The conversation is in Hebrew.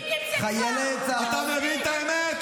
אתה מבין את האמת,